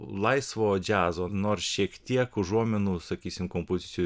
laisvo džiazo nors šiek tiek užuominų sakysim kompozicijoj